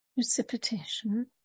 Precipitation